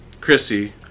chrissy